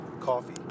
coffee